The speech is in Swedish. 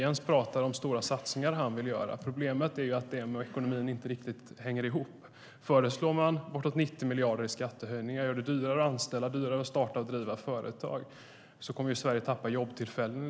Jens talar om stora satsningar som han vill göra. Problemet är att de och ekonomin inte riktigt hänger ihop. Föreslår man uppemot 90 miljarder i skattehöjningar och gör det dyrare att anställa och att starta och driva företag kommer Sverige att tappa jobbtillfällen.